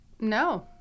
No